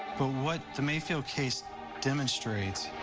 but what the mayfield case demonstrates,